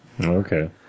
Okay